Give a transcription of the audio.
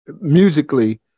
musically